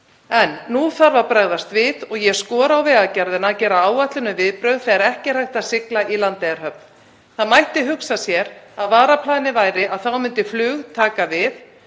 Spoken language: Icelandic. En nú þarf að bregðast við og ég skora á Vegagerðina að gera áætlun um viðbrögð þegar ekki er hægt að sigla í Landeyjahöfn. Það mætti hugsa sér að varaplanið væri að þá myndi flug taka við.